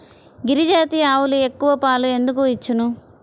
గిరిజాతి ఆవులు ఎక్కువ పాలు ఎందుకు ఇచ్చును?